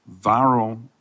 viral